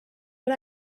but